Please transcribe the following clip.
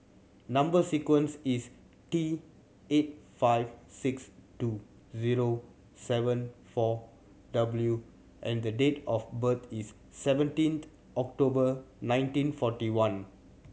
number sequence is T eight five six two zero seven four W and the date of birth is seventeenth October nineteen forty one